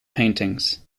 paintings